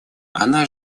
она